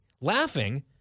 laughing